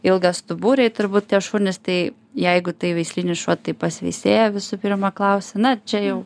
ilgastuburiai turbūt tie šunys tai jeigu tai veislinis šuo tai pas veisėją visų pirma klausia na čia jau